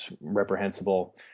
reprehensible